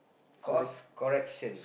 cause correction